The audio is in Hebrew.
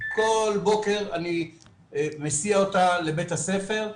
כל בוקר אני מסיע אותה לבית הספר,